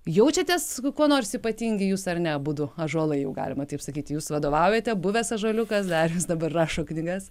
jaučiatės kuo nors ypatingi jūs ar ne abudu ąžuolai jau galima taip sakyti jūs vadovaujate buvęs ąžuoliukas darius dabar rašo knygas